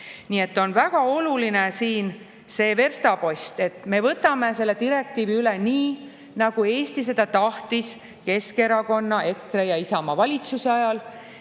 Nii et väga oluline on siin see verstapost, et me võtame direktiivi üle nii, nagu Eesti seda tahtis Keskerakonna, EKRE ja Isamaa valitsuse ajal,